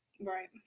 Right